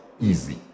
easy